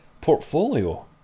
portfolio